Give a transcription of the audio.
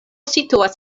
situas